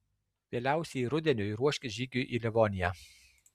vėliausiai rudeniui ruoškis žygiui į livoniją